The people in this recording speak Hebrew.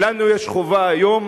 לנו יש חובה היום,